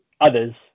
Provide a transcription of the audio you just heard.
others